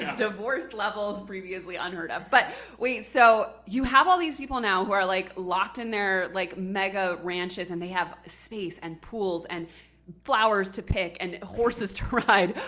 divorce levels previously unheard of. but wait, so you have all these people now who are like locked in their like mega ranches, and they have space and pools and flowers to pick and horses to ride,